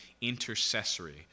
intercessory